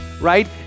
right